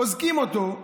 אוזקים אותו,